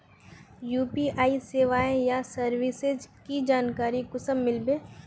UPI सेवाएँ या services की जानकारी कुंसम मिलबे?